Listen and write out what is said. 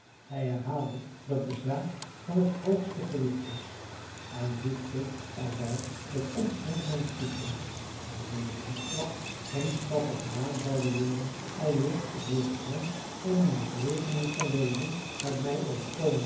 hij herhaalde dat de zaak van het hoogste gewicht was en voegde er bij dat omtrent mijn toekomst hij bedoelde mijn ontslag geen stappen gedaan zouden worden aleer ik weer gezond en in de gelegenheid zou wezen het mij overkomen